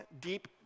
deep